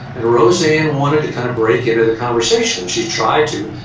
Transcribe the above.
and rosanne wanted to kind of break into the conversation. she tried to,